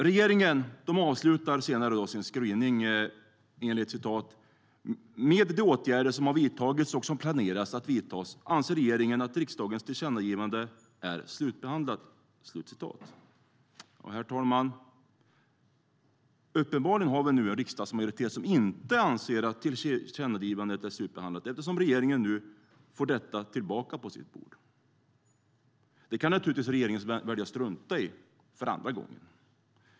Regeringen avslutar sin skrivelse med: "Med de åtgärder som har vidtagits och som planeras att vidtas anser regeringen att riksdagens tillkännagivande är slutbehandlat." Herr talman! Uppenbarligen har vi nu en riksdagsmajoritet som inte anser att tillkännagivandet är slutbehandlat, eftersom regeringen nu får detta tillbaka på sitt bord. Det kan naturligtvis regeringen välja att strunta i för andra gången.